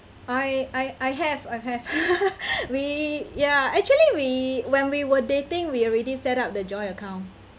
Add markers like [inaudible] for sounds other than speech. I I I have I have [laughs] we ya actually we when we were dating we already set up the joint account